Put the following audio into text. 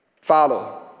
Follow